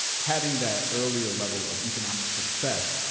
having that earlier level of economic success,